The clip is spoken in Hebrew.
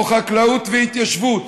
או חקלאות והתיישבות.